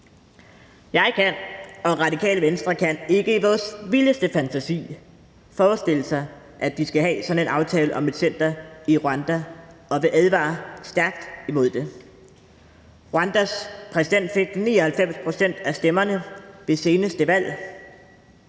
kan ikke i vores vildeste fantasi forestille os, at vi skal have sådan en aftale om et center i Rwanda, og vi vil advare stærkt imod det. Rwandas præsident fik 99 pct. af stemmerne ved seneste valg.